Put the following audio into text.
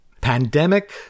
Pandemic